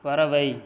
பறவை